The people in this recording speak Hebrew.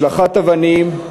השלכת אבנים,